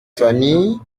famille